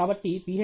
కాబట్టి Ph